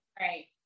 right